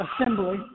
assembly